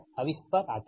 अब इस पर आते हैं